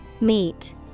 Meet